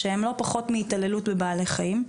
שהם לא פחות מהתעללות בבעלי חיים.